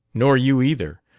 nor you, either.